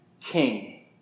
king